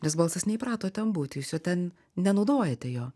nes balsas neįprato ten būti jūs jo ten nenaudojate jo